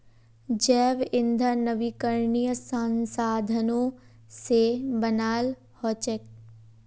जैव ईंधन नवीकरणीय संसाधनों से बनाल हचेक